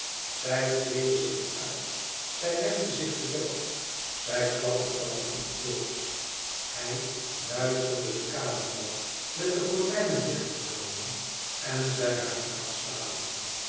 zij kleedde zich uit zij legde zich te bed zij klappertandde van koorts hij duisterde de kamer wat met de gordijnen dicht te plooien en zei haar te gaan slapen